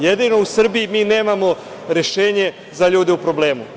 Jedino u Srbiji nemamo rešenje za ljude u problemu.